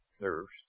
thirst